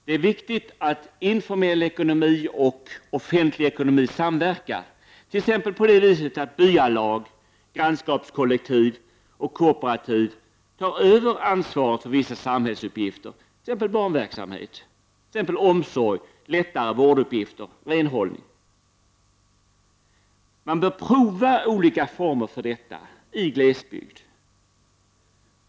Det är viktigt att informell ekonomi och offentlig ekonomi samverkar, t.ex. på det viset att byalag, grannskapskollektiv och kooperativ tar över an svaret för vissa samhällsuppgifter, t.ex. barnverksamhet, omsorg och lättare vårduppgifter samt renhållning. Man bör pröva olika former för detta i glesbygd.